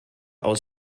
aus